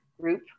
group